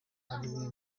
ariwe